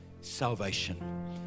salvation